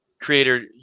Creator